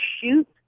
shoot